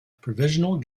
provisional